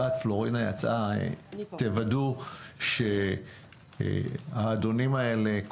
תוודאו שהאדונים האלה,